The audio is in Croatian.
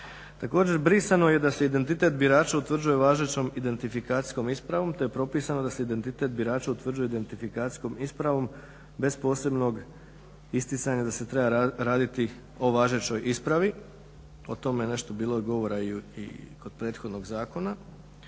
Također, brisano je i da se identitet birača utvrđuje važećom identifikacijskom ispravom te je propisano da se identitet birača utvrđuje identifikacijskom ispravom bez posebnog isticanja da se treba raditi o važećoj ispravi. O tome je nešto bilo govora i kod prethodnog zakona.